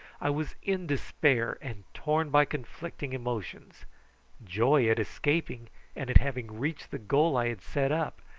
i was in despair, and torn by conflicting emotions joy at escaping and at having reached the goal i had set up,